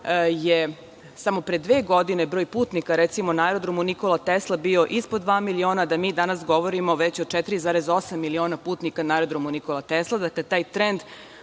je samo pre dve godine, broj putnika na aerodromu „Nikola Tesla“ bio ispod dva miliona, a da mi danas govorimo već o 4,8 miliona putnika na aerodromu „Nikola Tesla“. Dakle, taj trend